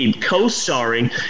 Co-starring